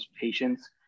patients